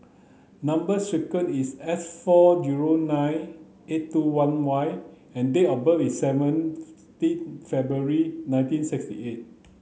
number sequence is S four zero nine eight two one Y and date of birth is seventeen February nineteen sixty eight